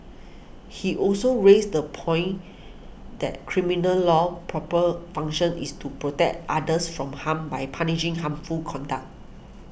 he also raised the point that criminal law's proper function is to protect others from harm by punishing harmful conduct